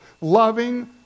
Loving